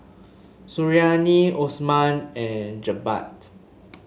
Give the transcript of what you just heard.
Suriani Osman and Jebat